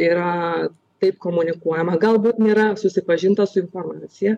yra taip komunikuojama galbūt nėra susipažinta su informacija